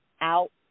Out